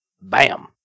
Bam